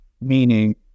meaning